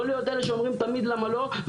לא להיות אלה שאומרים תמיד למה לא,